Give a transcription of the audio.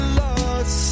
lost